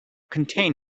contain